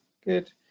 good